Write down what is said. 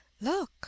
look